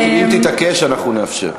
אם תתעקש, אנחנו נאפשר.